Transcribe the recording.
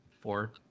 four